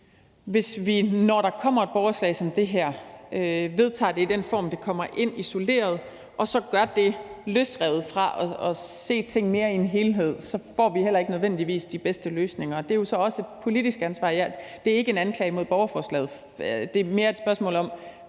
hvis vi, når der kommer et borgerforslag som det her, vedtager det i den isolerede form, det kommer i, og så gør det løsrevet fra at se ting mere i en helhed, får vi heller ikke nødvendigvis de bedste løsninger. Det er så også et politisk ansvar. Det er ikke en anklage mod borgerforslaget, det er mere et spørgsmål om,